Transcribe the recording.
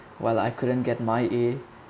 while I couldn't get my a